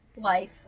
Life